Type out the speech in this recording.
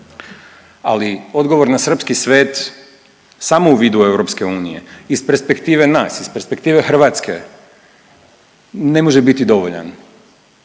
Ali odgovor na srpski svet samo u vidu EU iz perspektive nas iz perspektive Hrvatske ne može biti dovoljan.